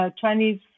Chinese